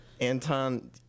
Anton